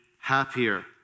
happier